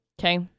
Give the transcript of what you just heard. Okay